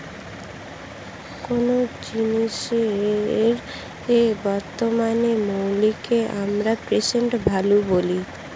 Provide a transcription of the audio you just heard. কোনো জিনিসের বর্তমান মূল্যকে আমরা প্রেসেন্ট ভ্যালু বলি